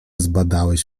zbadałeś